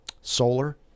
solar